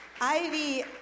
Ivy